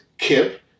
Kip